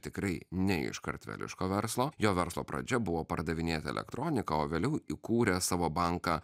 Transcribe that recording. tikrai ne iš kartveliško verslo jo verslo pradžia buvo pardavinėt elektroniką o vėliau įkūrė savo banką